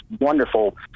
wonderful